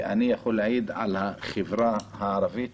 ואני יכול להעיד על החברה הערבית,